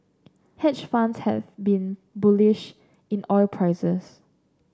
hedge funds have been bullish in oil prices